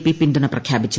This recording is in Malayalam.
പി പിന്തുണ പ്രഖ്യാപിച്ചു